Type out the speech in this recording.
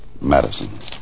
Madison